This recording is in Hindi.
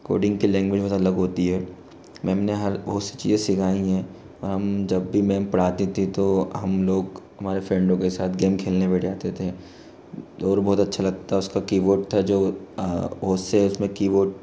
कोडिंग की लैंग्वेज बहुत अलग होती है मेेम ने हर बहुत सी चीज़ें सिखाई हैं और हम जब भी मेेम पढ़ाती थी तो हम लोग हमारे फ़्रेडो के साथ गेम खेलने बैठ जाते थे और बहुत अच्छा लगता उस का कीबोर्ड था जो वो सेल्फ़ में कीबोर्ड